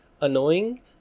annoying